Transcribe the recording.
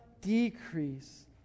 decrease